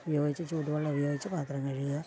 ഉപയോഗിച്ച് ചൂടു വെള്ളം ഉപയോഗിച്ച് പാത്രം കഴുകുക